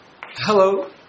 Hello